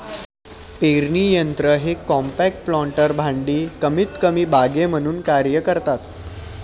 पेरणी यंत्र हे कॉम्पॅक्ट प्लांटर भांडी कमीतकमी बागे म्हणून कार्य करतात